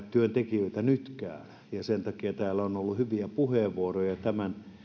työntekijöitä nytkään sen takia täällä on ollut hyviä puheenvuoroja tämän